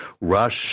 rush